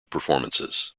performances